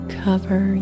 cover